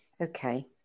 Okay